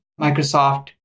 Microsoft